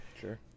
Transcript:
Sure